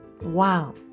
wow